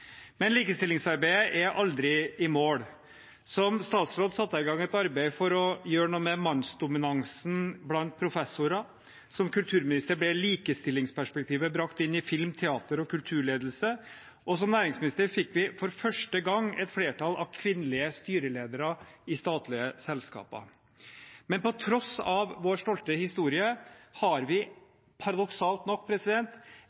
Men likestillingsarbeidet er aldri i mål. Som statsråd satte jeg i gang et arbeid for å gjøre noe med mannsdominansen blant professorer, i min tid som kulturminister ble likestillingsperspektivet brakt inn i film, teater og kulturledelse, og i min tid som næringsminister fikk vi for første gang et flertall av kvinnelige styreledere i statlige selskaper. Men på tross av vår stolte historie har